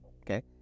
Okay